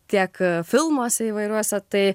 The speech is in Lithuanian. tiek filmuose įvairiuose tai